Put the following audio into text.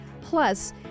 Plus